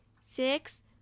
six